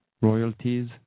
royalties